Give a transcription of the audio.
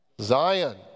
Zion